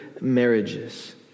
marriages